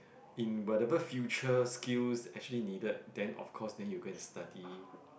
in whatever future skills that actually needed then of course then you go and study